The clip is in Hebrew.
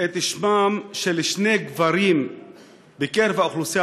את שמם של שני גברים בקרב האוכלוסייה